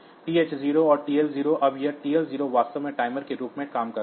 TH0 और TL0 अब यह TL0 वास्तव में टाइमर के रूप में काम कर रहा है